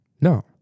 No